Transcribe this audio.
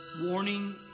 warning